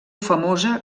famosa